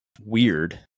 weird